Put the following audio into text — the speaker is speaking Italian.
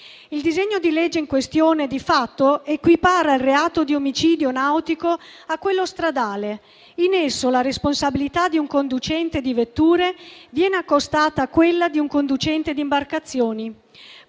Il disegno di legge in questione di fatto equipara il reato di omicidio nautico a quello stradale. In esso la responsabilità di un conducente di vetture viene accostata a quella di un conducente di imbarcazioni.